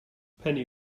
penny